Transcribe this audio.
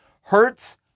hurts